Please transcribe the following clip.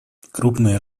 крупной